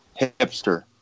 hipster